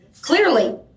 Clearly